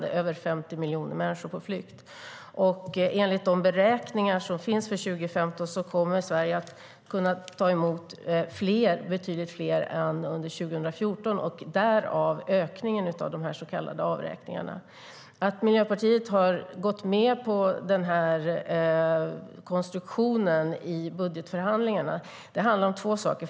Det är över 50 miljoner människor som är på flykt. Enligt de beräkningar som finns för 2015 kommer Sverige att kunna ta emot betydligt fler än under 2014 - därav ökningen av de så kallade avräkningarna. Att Miljöpartiet har gått med på den här konstruktionen i budgetförhandlingarna handlar om två saker.